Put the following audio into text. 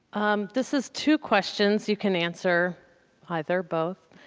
um this is two questions. you can answer either, both.